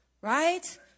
right